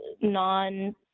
non